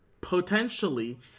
potentially